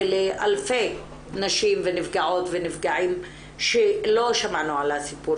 ולאלפי נשים ונפגעות ונפגעים שלא שמענו על הסיפור